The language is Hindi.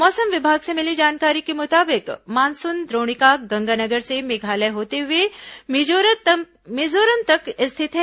मौसम विभाग से मिली जानकारी के मुताबिक मानसून द्रोणिका गंगानगर से मेघालय होते हुए मिजोरम तक स्थित है